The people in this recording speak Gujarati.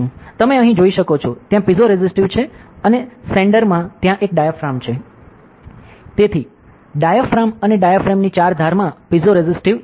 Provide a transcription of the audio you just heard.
તમે અહીં જોઈ શકો છો ત્યાં પીઝોરેસિટીવ છે અને સેંડરમાં ત્યાં એક ડાયાફ્રેમ છે તેથી ડાયાફ્રેમ અને ડાયાફ્રેમ ની ચાર ધારમાં પીઝોરેસિટીઝ છે